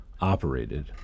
operated